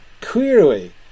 Clearly